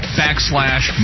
backslash